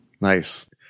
Nice